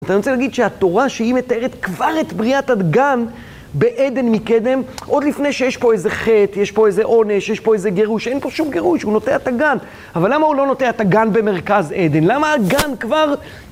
ואני רוצה להגיד שהתורה שהיא מתארת כבר את בריאת הגן בעדן מקדם, עוד לפני שיש פה איזה חטא, יש פה איזה עונש, יש פה איזה גירוש, אין פה שום גירוש, הוא נוטע את הגן. אבל למה הוא לא נוטע את הגן במרכז עדן? למה הגן כבר...